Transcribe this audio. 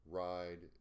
ride